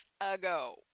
ago